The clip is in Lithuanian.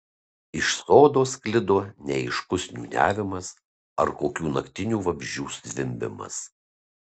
iš sodo sklido neaiškus niūniavimas ar kokių naktinių vabzdžių zvimbimas